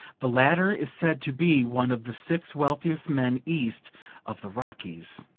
the latter is said to be one of the six wealthiest men east of the rockies.